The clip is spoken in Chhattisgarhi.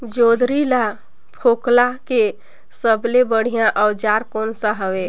जोंदरी ला फोकला के सबले बढ़िया औजार कोन सा हवे?